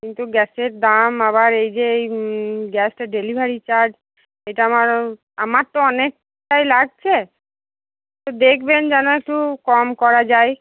কিন্তু গ্যাসের দাম আবার এই যে এই গ্যাসটা ডেলিভারি চার্জ এটা আমার আমার তো অনেকটাই লাগছে তো দেখবেন যেন একটু কম করা যায়